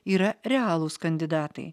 yra realūs kandidatai